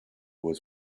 was